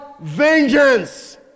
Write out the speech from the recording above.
vengeance